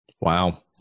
Wow